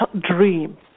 dream